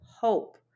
hope